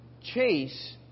chase